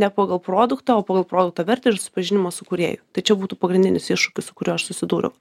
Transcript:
ne pagal produktą o pagal produkto vertę ir susipažinimą su kūrėju tai čia būtų pagrindinis iššūkis su kuriuo aš susidūriau